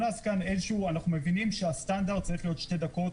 אנחנו מבינים שהסטנדרט צריך להיות שתי דקות,